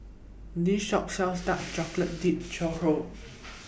This Shop sells Dark Chocolate Dipped Churro